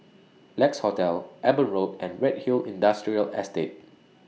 Lex Hotel Eben Road and Redhill Industrial Estate